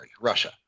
Russia